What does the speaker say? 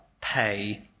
pay